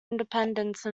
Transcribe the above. independence